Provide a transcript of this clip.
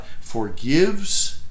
forgives